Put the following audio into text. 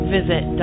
Visit